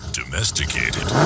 domesticated